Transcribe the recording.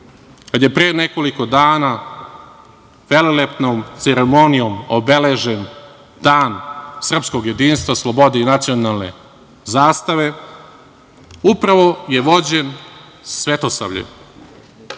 kad je pre nekoliko dana velelepnom ceremonijom obeležen Dan srpskog jedinstva, slobode i nacionalne zastave, upravo je vođen svetosavljem,